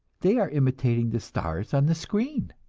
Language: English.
they are imitating the stars on the screen!